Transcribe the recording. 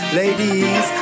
ladies